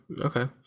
Okay